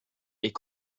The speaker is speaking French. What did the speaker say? est